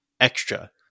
extra